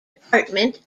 department